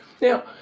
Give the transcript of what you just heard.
Now